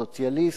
סוציאליסט,